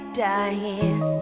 dying